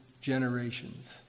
generations